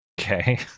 Okay